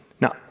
Now